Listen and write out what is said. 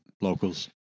locals